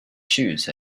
shoes